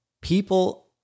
people